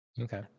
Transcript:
Okay